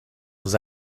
was